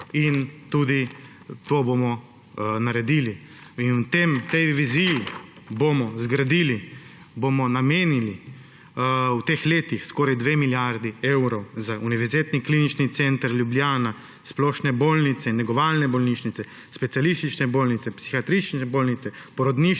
in tudi to bomo naredili. In v tej viziji bomo zgradili, bomo namenili v teh letih skoraj 2 milijardi evrov za Univerzitetni klinični center Ljubljana, splošne bolnice, negovalne bolnišnice, specialistične bolnice, psihiatrične bolnice, porodnišnice,